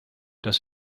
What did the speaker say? das